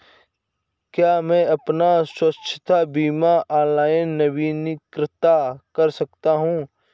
क्या मैं अपना स्वास्थ्य बीमा ऑनलाइन नवीनीकृत कर सकता हूँ?